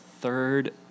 third